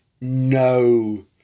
no